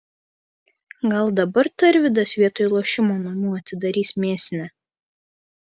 gal dabar tarvydas vietoj lošimo namų atidarys mėsinę